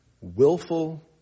willful